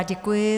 Děkuji.